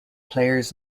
players